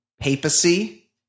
papacy